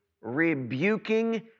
rebuking